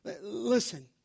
Listen